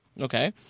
Okay